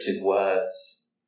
words